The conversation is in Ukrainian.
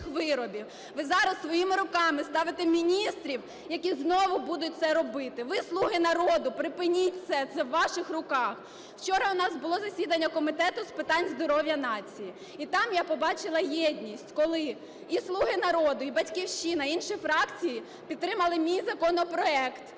Ви зараз своїми руками ставите міністрів, які знову будуть це робити. Ви, "слуги народу", припиніть це. Це в ваших руках. Вчора у нас було засідання Комітету з питань здоров'я нації. І там я побачила єдність, коли і "Слуга народу", і "Батьківщина", і інші фракції підтримали мій законопроект